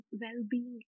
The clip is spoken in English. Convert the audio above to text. well-being